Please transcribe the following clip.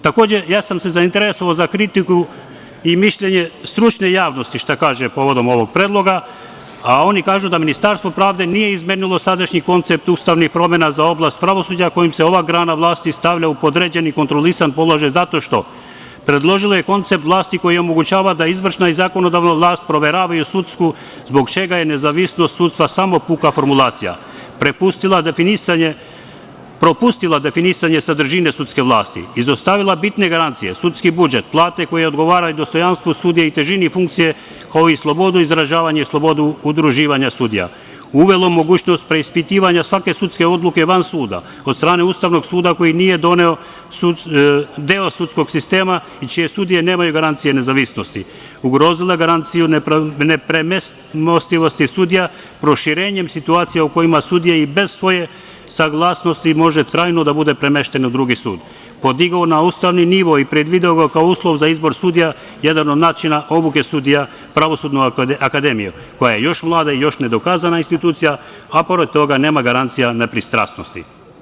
Takođe, ja sam se zainteresovao za kritiku i mišljenje stručne javnosti šta kaže povodom ovog predloga, a oni kažu da Ministarstvo pravde nije izmenilo sadašnji koncept ustavnih promena za oblast pravosuđa, kojim se ova grana vlasti stavlja u podređen i kontrolisan položaj, zato što je predložila koncept vlasti kojim omogućava da izvršna i zakonodavna vlast proveravaju sudsku, zbog čega je nezavisnost sudstva samo puka formulacija, propustila definisanje sadržine sudske vlasti, izostavila bitne garancije, sudski budžet, plate koje odgovaraju dostojanstvu sudija i težini funkcije, kao i slobodu izražavanja i slobodu udruživanja sudija, uvelo mogućnost preispitivanja svake sudske odluke van suda od strane Ustavnog suda koji nije deo sudskog sistema i čije sudije nemaju garancije nezavisnosti, ugrozile garanciju nepremostivosti sudija proširenjem situacija u kojima sudija i bez svoje saglasnosti može trajno da bude premešten u drugi sud, podigao na ustavni nivo i predvideo ga kao uslov za izbor sudija jedan od načina obuke sudija, Pravosudnu akademiju, koja je još mlada i još nedokazana institucija, a pored toga, nema garancija nepristrasnosti.